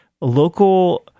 Local